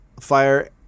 fire